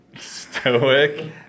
stoic